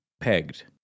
pegged